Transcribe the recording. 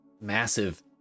massive